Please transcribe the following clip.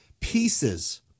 pieces